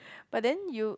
but then you